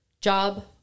job